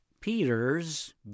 Peter's